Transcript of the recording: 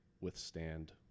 withstand